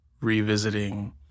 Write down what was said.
revisiting